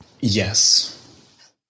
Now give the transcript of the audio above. Yes